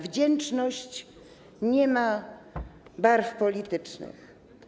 Wdzięczność nie ma barw politycznych.